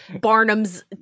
Barnum's